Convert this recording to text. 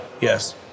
Yes